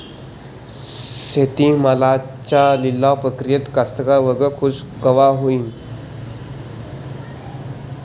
शेती मालाच्या लिलाव प्रक्रियेत कास्तकार वर्ग खूष कवा होईन?